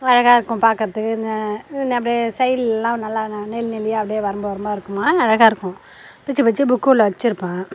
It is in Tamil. அழகாயிருக்கும் பார்க்குறதுக்கு இங்கெ அப்படியே ஸைடில் எல்லாம் நல்லா நெளிநெளியாக அப்படியே வரம்பு வரம்பாயிருக்குமா அழகாயிருக்கும் பிரிச்சு பிரிச்சு புக்குள்ளெ வச்சுருப்பேன்